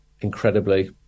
incredibly